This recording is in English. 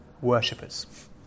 worshippers